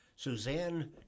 Suzanne